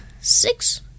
six